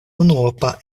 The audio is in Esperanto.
unuopa